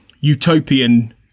utopian